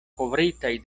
kovritaj